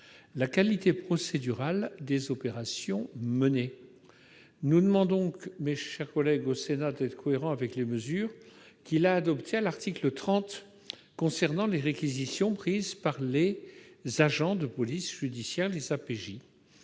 la qualité procédurale des opérations menées. Nous vous demandons donc, mes chers collègues, d'être cohérents avec les mesures que vous avez adoptées à l'article 30 concernant les réquisitions prises par les agents de police judiciaire.